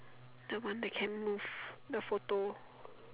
the one that can move the photo